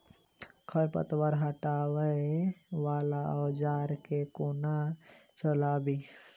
खरपतवार हटावय वला औजार केँ कोना चलाबी?